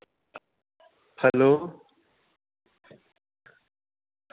hello